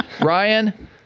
Ryan